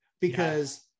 because-